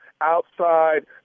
outside